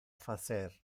facer